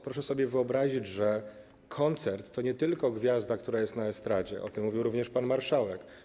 Proszę sobie wyobrazić, że koncert to nie tylko gwiazda, która jest na estradzie, o tym mówił również pan marszałek.